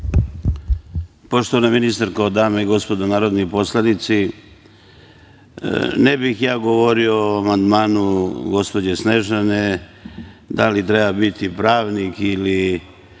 Poštovana ministarko, dame i gospodo narodni poslanici, ne bih govorio o amandmanu gospođe Snežane, da li treba biti pravnik ili